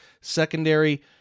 secondary